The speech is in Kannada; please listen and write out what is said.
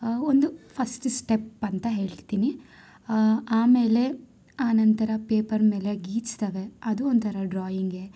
ಒಂದು ಫಸ್ಟ್ ಸ್ಟೆಪ್ ಅಂತ ಹೇಳ್ತೀನಿ ಆಮೇಲೆ ಆನಂತರ ಪೇಪರ್ ಮೇಲೆ ಗೀಚ್ತವೆ ಅದೂ ಒಂಥರ ಡ್ರಾಯಿಂಗೇ